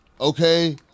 Okay